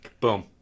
Boom